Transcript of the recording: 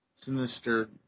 Sinister